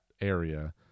area